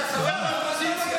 אתה חבר באופוזיציה.